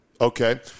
Okay